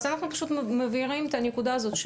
אז אנחנו פשוט מבהירים את הנקודה הזאת,